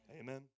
Amen